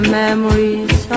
memories